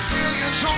millions